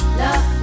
love